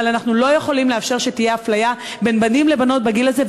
אבל אנחנו לא יכולים לאפשר אפליה בין בנים לבנות בגיל הזה,